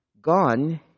Gone